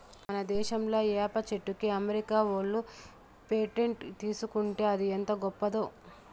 మన దేశంలా ఏప చెట్టుకి అమెరికా ఓళ్ళు పేటెంట్ తీసుకుంటే అది ఎంత గొప్పదో